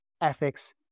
ethics